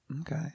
okay